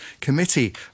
Committee